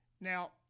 Now